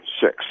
six